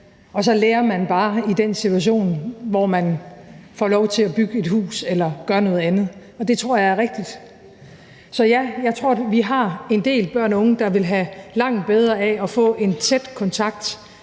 og så lærer man bare i den situation, hvor man får lov til at bygge et hus eller gøre noget andet. Og det tror jeg er rigtigt. Så ja, jeg tror, vi har en del børn og unge, der vil have langt bedre af tidligt at få en tæt kontakt